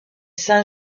saint